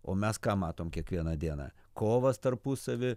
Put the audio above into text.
o mes ką matom kiekvieną dieną kovas tarpusavy